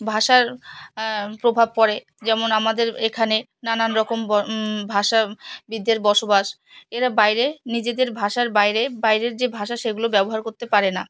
ভাষার প্রভাব পড়ে যেমন আমাদের এখানে নানান রকম ভাষাবিদদের বসবাস এরা বাইরে নিজেদের ভাষার বাইরে বাইরের যে ভাষা সেগুলো ব্যবহার করতে পারে না